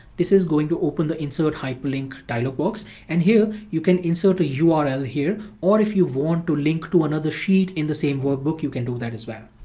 this is going to open the insert hyperlink dialog box and here you can insert a ah url here or if you want to link to another sheet in the same workbook, you can do that as well.